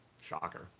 Shocker